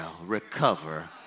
recover